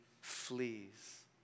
flees